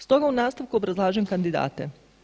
Stoga u nastavku obrazlažem kandidate.